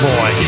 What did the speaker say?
Boy